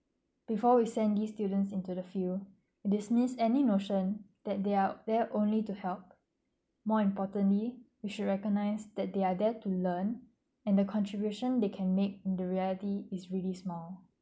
before we send these students into the field this dismiss any notion that they are there only to help more importantly we should recognise that they are there to learn and the contributions they can make in the reality is really small